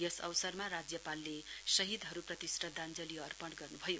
यस अवसरमा राज्यपालले शहीदहरुप्रतिको श्रद्याञ्जली अर्पण गर्नुभयो